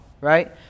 right